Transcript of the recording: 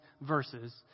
verses